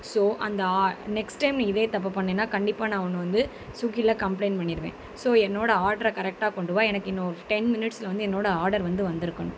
so அந்த ஆ next time நீ இதே தப்பை பண்ணின்னால் கண்டிப்பாக நான் உன்னை வந்து ஸுகில கம்ப்ளைண்ட் பண்ணிடுவேன் ஸோ என்னோடய ஆட்ரை கரெக்டாக கொண்டு வா எனக்கு இன்னும் டென் மினிட்ஸ்ல வந்து என்னோட ஆடர் வந்து வந்திருக்கணும்